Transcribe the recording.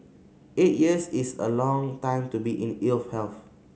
eight years is a long time to be in ill health